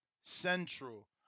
Central